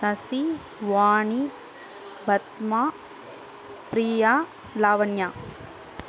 Sasi Vani Padma Priya Lavanya